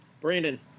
Brandon